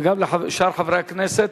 וגם לשאר חברי הכנסת,